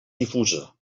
difusa